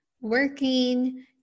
working